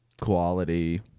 quality